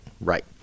right